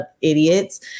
idiots